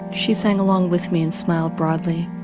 she sang along with me and smiled broadly.